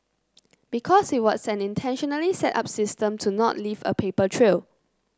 because it was an intentionally set up system to not leave a paper trail